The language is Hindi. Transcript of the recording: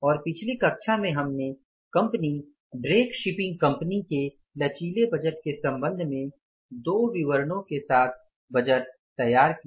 और पिछली कक्षा में हमने कंपनी ड्रेक शिपिंग कंपनी के लचीले बजट के संबंध में दो विवरणों के साथ बजट तैयार किया